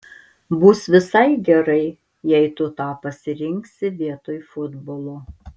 bus visai gerai jei tu tą pasirinksi vietoj futbolo